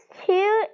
two